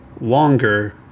longer